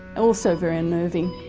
also very unnerving.